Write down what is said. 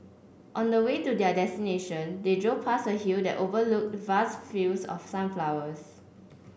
on the way to their destination they drove past a hill that overlooked vast fields of sunflowers